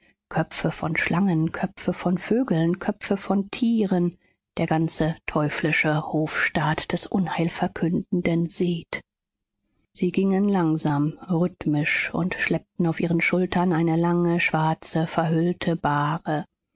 köpfe von schlangen köpfe von vögeln köpfe von tieren der ganze teuflische hofstaat des unheilverkündenden seth sie gingen langsam rhythmisch und schleppten auf ihren schultern eine lange schwarze verhüllte bahre